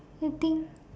I think